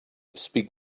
speak